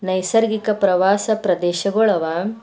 ನೈಸರ್ಗಿಕ ಪ್ರವಾಸ ಪ್ರದೇಶಗಳವ